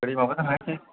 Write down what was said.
ओरै माबाजों थांनायसै